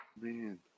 Man